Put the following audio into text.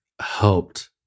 helped